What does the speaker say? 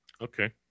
Okay